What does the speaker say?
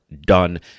done